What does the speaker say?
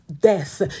Death